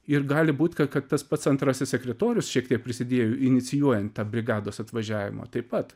ir gali būt kad kad tas pats antrasis sekretorius šiek tiek prisidėjo inicijuojan tą brigados atvažiavimą taip pat